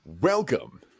Welcome